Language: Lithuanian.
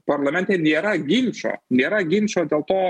parlamente nėra ginčo nėra ginčo dėl to